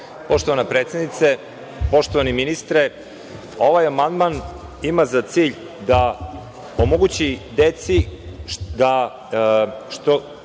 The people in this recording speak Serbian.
Poštovana predsednice, poštovani ministre, ovaj amandman ima za cilj da omogući deci da